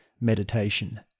meditation